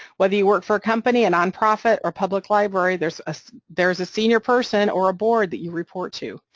whether you work for a company, a nonprofit, or a public library, there's a there's a senior person or a board that you report to,